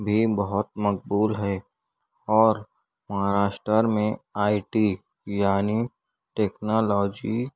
بھی بہت مقبول ہے اور مہاراشٹر میں آئی ٹی یعنی ٹکنالوجی